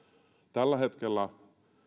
tällä hetkellä